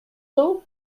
cents